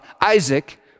Isaac